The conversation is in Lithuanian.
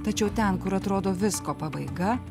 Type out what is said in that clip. tačiau ten kur atrodo visko pabaiga